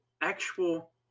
actual